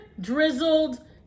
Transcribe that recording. drizzled